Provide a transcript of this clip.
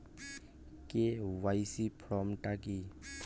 KYC form টা কি?